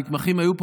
המתמחים היו פה,